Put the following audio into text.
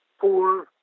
four